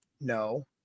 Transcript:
No